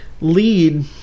LEAD